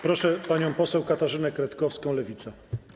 Proszę panią poseł Katarzynę Kretkowską, Lewica.